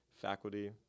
faculty